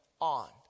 on